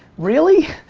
really?